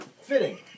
Fitting